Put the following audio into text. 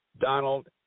Donald